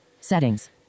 settings